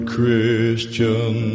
Christian